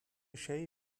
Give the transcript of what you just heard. şey